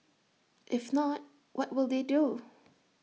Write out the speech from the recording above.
if not what will they do